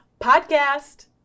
Podcast